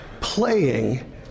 playing